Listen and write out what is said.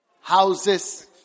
houses